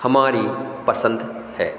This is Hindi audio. हमारी पसंद है